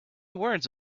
words